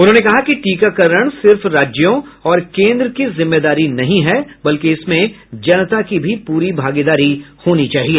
उन्होंने कहा कि टीकाकरण सिर्फ राज्यों और केंद्र की जिम्मेदारी नहीं है बल्कि इसमें जनता की भी पूरी भागीदारी होनी चाहिए